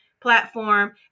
platform